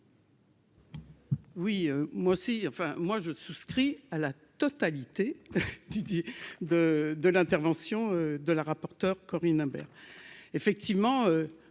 Oui, moi aussi, enfin moi je souscris à la totalité Didier de de l'intervention de la rapporteure Corinne Imbert